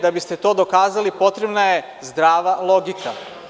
Da biste to dokazali, potrebna je zdrava logika.